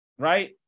Right